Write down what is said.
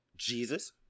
Jesus